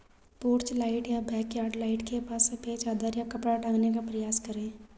porch light या backyard light के पास सफेद चादर या कपड़ा टांगने का प्रयास करें